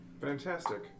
fantastic